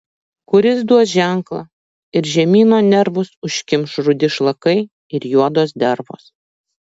kuris duos ženklą ir žemyno nervus užkimš rudi šlakai ir juodos dervos